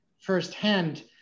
firsthand